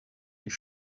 his